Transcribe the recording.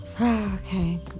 okay